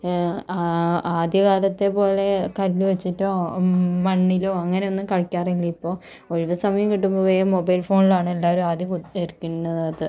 ആദ്യകാലത്തെ പോലെ കല്ലുവെച്ചിട്ടോ മണ്ണിലോ അങ്ങനെ ഒന്നും കളിക്കാറില്ല ഇപ്പോൾ ഒഴിവു സമയം കിട്ടുമ്പം വേഗം മൊബൈൽ ഫോണിലാണ് എല്ലാവരും ആദ്യം കുത്തി ഇരിക്കുന്നത്